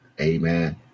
Amen